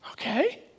Okay